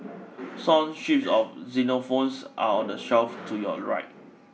son sheets of xylophones are on the shelf to your right